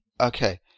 Okay